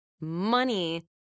money